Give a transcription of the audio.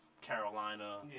Carolina